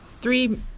three